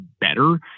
better